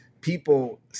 people